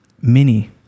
mini